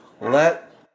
let